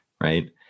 right